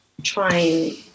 Trying